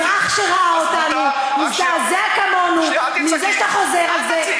אזרח שראה אותנו, אז מותר,